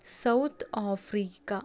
South Africa